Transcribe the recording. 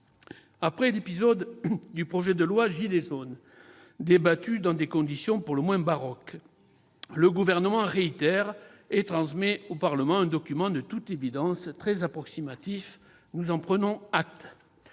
Après l'épisode du projet de loi « gilets jaunes », débattu dans des conditions pour le moins baroques, le Gouvernement réitère et transmet au Parlement un document de toute évidence très approximatif. Nous en prenons acte.